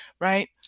Right